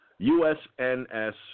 USNS